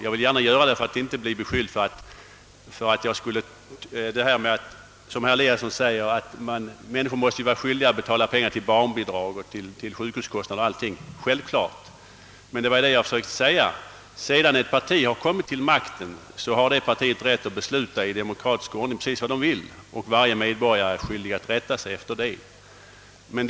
Jag vill förklara det än en gång för att inte bli beskylld för att förneka att — som herr Eliasson säger — människor måste vara skyldiga att betala till barnbidrag, till sjukhuskostnader o.s.v. Detta är självklart, men vad jag ville påpeka är att ett parti, sedan det har kommit till makten, har rätt att i demokratisk ordning besluta vad det vill och att varje medborgare är pliktig att rätta sig därefter.